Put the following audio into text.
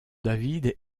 david